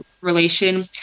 relation